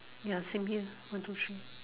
ya same here one two three